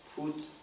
put